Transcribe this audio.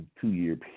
two-year